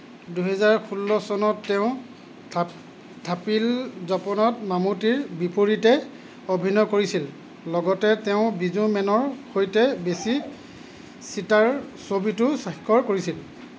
দুহেজাৰ ষোল্ল চনত তেওঁ থা থাপিল জপনত মামিটিৰ বিপৰীতে অভিনয় কৰিছিল লগতে তেওঁ বিজু মেনৰ সৈতে বেছি চিটাৰ ছবিতো স্বাক্ষৰ কৰিছিল